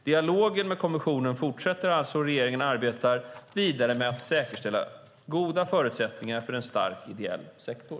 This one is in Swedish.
Dialogen med kommissionen fortsätter alltså, och regeringen arbetar vidare med att säkerställa goda förutsättningar för en stark ideell sektor.